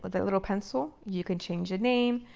but the little pencil, you can change the name.